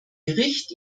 gericht